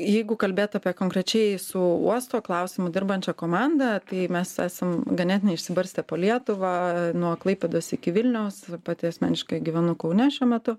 jeigu kalbėt apie konkrečiai su uosto klausimu dirbančia komanda tai mes esam ganėtinai išsibarstę po lietuvą nuo klaipėdos iki vilniaus pati asmeniškai gyvenu kaune šiuo metu